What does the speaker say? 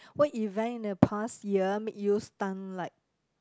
what event in the past year make you stunned like